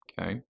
okay